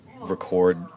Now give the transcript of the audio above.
record